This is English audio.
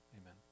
Amen